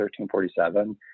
1347